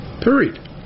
Period